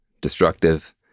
destructive